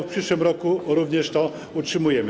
W przyszłym roku również to utrzymujemy.